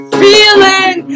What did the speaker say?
feeling